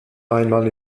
einmal